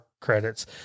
credits